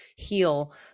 heal